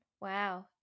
Wow